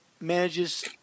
manages